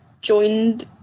joined